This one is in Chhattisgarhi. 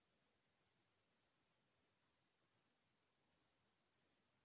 फसल कटाई के बाद खेत ल निंदाई कोडाई करेला लगही?